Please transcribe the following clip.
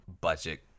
budget